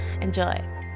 Enjoy